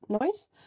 noise